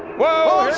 whoa